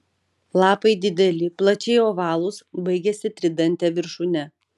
lapai dideli plačiai ovalūs baigiasi tridante viršūne